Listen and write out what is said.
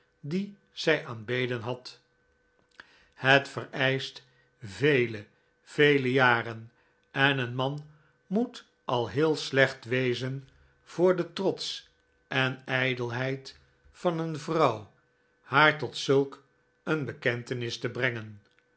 dien zij aangebeden had het vereischt vele vele jaren en een man moet al heel slecht wezen voor de trots en ijdelheid van een vrouw haar tot zulk een bekentenis brengen